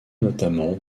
notamment